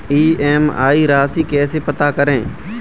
EMI राशि कैसे पता करें?